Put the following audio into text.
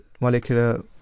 molecular